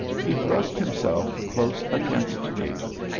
he thrust himself close against david.